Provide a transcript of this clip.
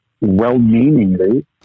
well-meaningly